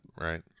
right